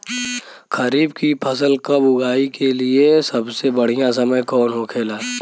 खरीफ की फसल कब उगाई के लिए सबसे बढ़ियां समय कौन हो खेला?